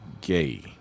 gay